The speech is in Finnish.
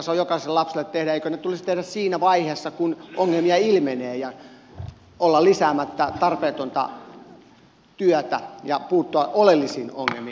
eikö ne tulisi tehdä siinä vaiheessa kun ongelmia ilmenee ja olla lisäämättä tarpeetonta työtä ja puuttua oleellisiin ongelmiin